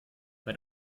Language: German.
bei